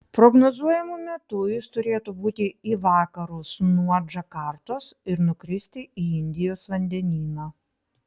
prognozuojamu metu jis turėtų būti į vakarus nuo džakartos ir nukristi į indijos vandenyną